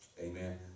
Amen